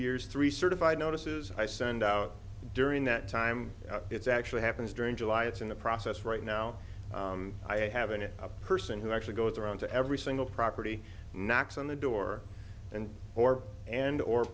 years three certified notices i send out during that time it's actually happens during july it's in the process right now i have a new person who actually goes around to every single property knocks on the door and or and or